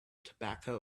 tobacco